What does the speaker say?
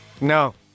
No